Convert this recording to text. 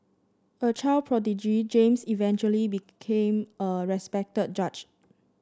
a child prodigy James eventually became a respected judge